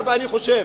ומאחר שאני חושב